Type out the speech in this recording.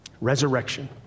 Resurrection